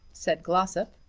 said glossop.